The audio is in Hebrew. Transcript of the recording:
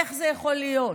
איך זה יכול להיות?